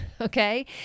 okay